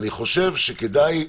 אני חושב שכדאי,